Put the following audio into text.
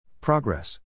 Progress